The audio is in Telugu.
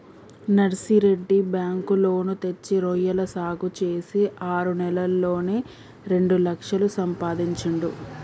నర్సిరెడ్డి బ్యాంకు లోను తెచ్చి రొయ్యల సాగు చేసి ఆరు నెలల్లోనే రెండు లక్షలు సంపాదించిండు